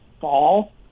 fall